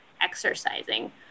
exercising